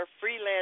freelance